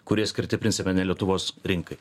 kurie skirti principe ne lietuvos rinkai